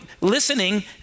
listening